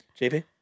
JP